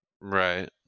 Right